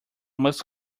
must